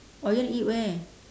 or you want eat where